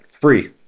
free